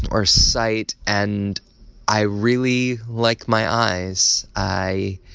or! sight! and i really like my eyes. i